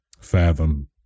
fathom